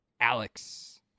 Alex